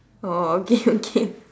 oh okay okay